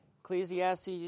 Ecclesiastes